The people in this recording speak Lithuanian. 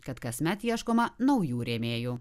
kad kasmet ieškoma naujų rėmėjų